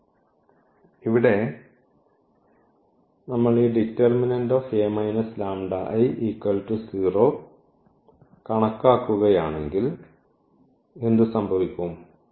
അതിനാൽ ഇവിടെ നമ്മൾ ഈ കണക്കാക്കുകയാണെങ്കിൽ എന്ത് സംഭവിക്കും